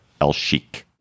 El-Sheikh